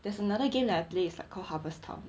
there's another game that I play is like called harvest town